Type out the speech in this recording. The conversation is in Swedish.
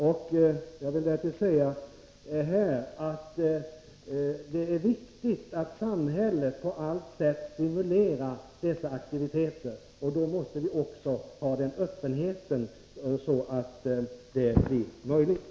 Jag vill vidare säga att det är viktigt att samhället på allt sätt stimulerar dessa aktiviteter.